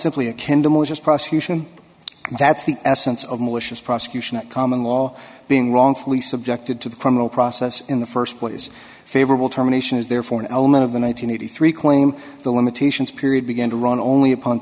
simply a kenda malicious prosecution that's the essence of malicious prosecution at common law being wrongfully subjected to the criminal process in the first place favorable terminations therefore an element of the one thousand nine hundred three claim the limitations period begin to run only upon